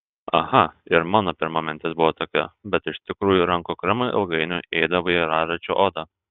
aha ir mano pirma mintis buvo tokia bet iš tikrųjų rankų kremai ilgainiui ėda vairaračių odą